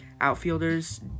outfielders